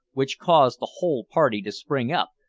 which caused the whole party to spring up,